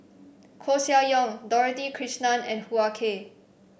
Koeh Sia Yong Dorothy Krishnan and Hoo Ah Kay